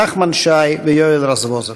נחמן שי ויואל רזבוזוב.